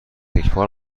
یکبار